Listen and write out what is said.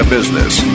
Business